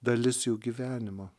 dalis jų gyvenimo